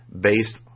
based